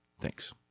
Thanks